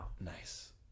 Nice